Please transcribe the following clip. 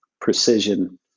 precision